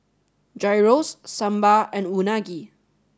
Gyros Sambar and Unagi